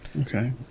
Okay